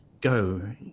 go